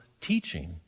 teaching